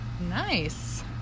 nice